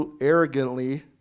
arrogantly